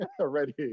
already